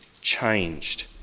changed